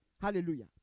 Hallelujah